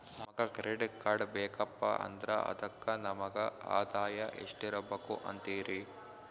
ನಮಗ credit card ಬೇಕಪ್ಪ ಅಂದ್ರ ಅದಕ್ಕ ನಮಗ ಆದಾಯ ಎಷ್ಟಿರಬಕು ಅಂತೀರಿ?